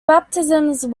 baptisms